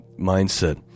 mindset